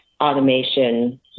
automation